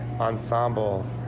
Ensemble